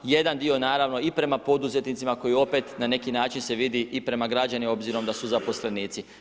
Jedan dio naravno i prema poduzetnicima koji opet na neki način se vidi i prema građanima obzirom da su zaposlenici.